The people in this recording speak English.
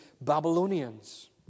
Babylonians